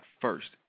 first